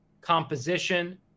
composition